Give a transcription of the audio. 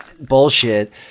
bullshit